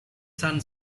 sun